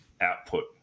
output